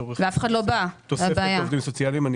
לצורך תוספת העובדים הסוציאליים --- ואף אחד לא בא,